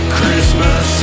Christmas